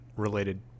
related